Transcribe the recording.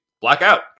blackout